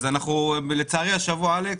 אלכס,